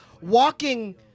walking